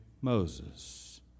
Moses